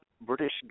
British